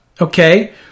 okay